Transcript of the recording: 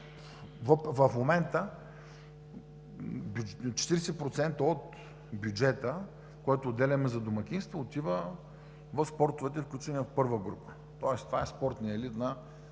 в момента 40% от бюджета, който отделяме за домакинство, отива в спортовете, включени в първа група, тоест това е спортният елит на